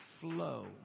flow